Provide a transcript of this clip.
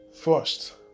First